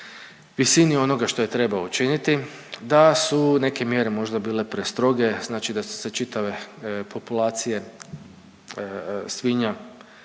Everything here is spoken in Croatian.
visini onoga što je trebao učiniti, da su neke mjere možda bile prestroge. Znači da su se čitave populacije svinja